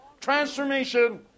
transformation